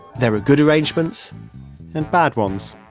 there are good arrangements and bad ones.